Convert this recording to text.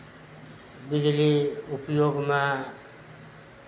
बिजली उपयोगमे